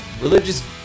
Religious